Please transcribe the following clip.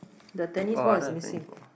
the tennis ball is missing